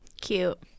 Cute